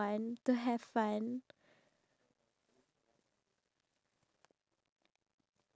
the eh wait it actually decreases the amount of socialisation